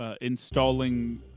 Installing